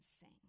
sing